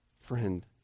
Friend